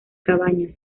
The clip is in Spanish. cabañas